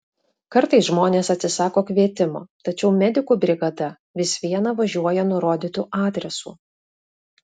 kartais žmonės atsisako kvietimo tačiau medikų brigada vis viena važiuoja nurodytu adresu